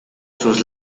sus